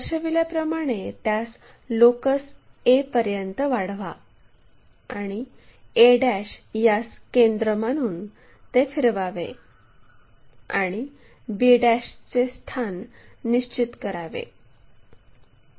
दर्शविल्याप्रमाणे त्यास लोकस a पर्यंत वाढवा आणि a यास केंद्र मानून ते फिरवावे आणि b चे स्थान निश्चित करावे